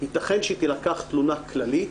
יתכן שתילקח תלונה כללית